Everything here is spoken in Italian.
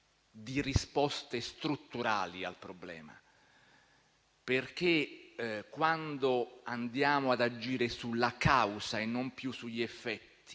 di risposte strutturali al problema. Quando andiamo ad agire sulla causa e non più sugli effetti